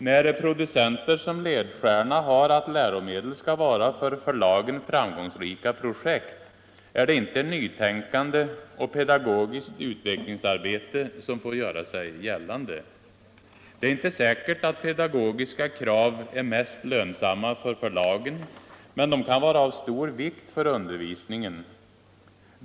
När producenter har som ledtjärna att läromedel skall vara ”för Anslag till skolväförlagen framgångsrika projekt” är det inte nytänkande och pedagogiskt = sendets centrala och utvecklingsarbete som får göra sig gällande. Det är inte säkert att peregionala myndigdagogiska krav är mest lönsamma för förlagen, men de kraven kan vara heter m.m. av stor vikt för undervisningen.